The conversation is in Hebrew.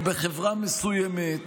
או בחברה מסוימת,